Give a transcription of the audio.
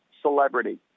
celebrity